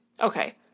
Okay